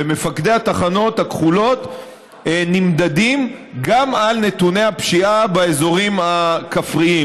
ומפקדי התחנות הכחולות נמדדים גם על נתוני הפשיעה באזורים הכפריים,